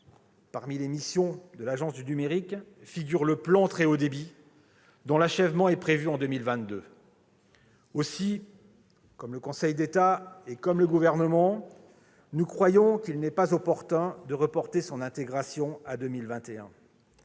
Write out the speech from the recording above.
Parmi les missions de l'Agence du numérique figure le plan France très haut débit, dont l'achèvement est prévu en 2022. Aussi, comme le Conseil d'État et le Gouvernement, nous croyons qu'il n'est pas opportun de reporter son intégration à 2021.